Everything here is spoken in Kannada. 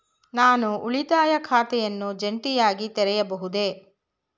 ನಾನು ಉಳಿತಾಯ ಖಾತೆಯನ್ನು ಜಂಟಿಯಾಗಿ ತೆರೆಯಬಹುದೇ?